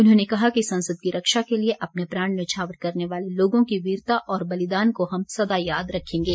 उन्होंने कहा कि संसद की रक्षा के लिए अपने प्राण न्यौछावर करने वाले लोगों की वीरता और बलिदान को हम सदा याद रखेंगे